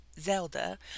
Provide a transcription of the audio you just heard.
Zelda